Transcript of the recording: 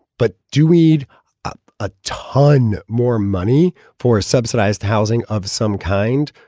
but do weed up a ton more money for a subsidized housing of some kind.